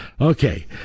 Okay